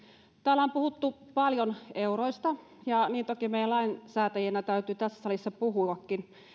täällä on puhuttu paljon euroista ja niin toki meidän lainsäätäjinä täytyy tässä salissa puhuakin